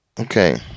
Okay